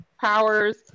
powers